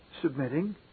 submitting